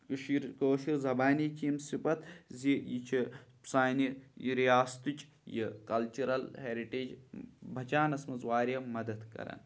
کٔشیٖر کٲشُر زبانی چھِ یِم صفت زِ یہِ چھِ سانہِ یہِ راستٕچ یہِ کَلچِرَل ہیرِٹیج بَچاونَس منٛز واریاہ مَدَد کَران